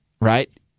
Right